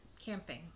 camping